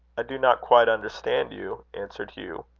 i do not quite understand you, answered hugh.